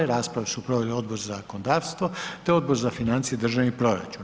Raspravu su proveli Odbor za zakonodavstvo, te Odbor za financije i državni proračun.